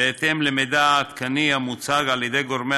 בהתאם למידע העדכני המוצג על-ידי גורמי